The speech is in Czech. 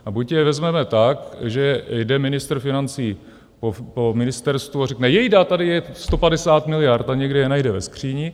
A buď je vezmeme tak, že jde ministr financí po ministerstvu a řekne: Jejda, tady je 150 miliard, někde je najde ve skříni.